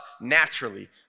naturally